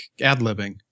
ad-libbing